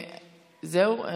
זהו?